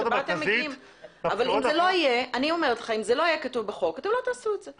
אם זה לא יהיה כתוב בחוק, אתם לא תעשו את זה.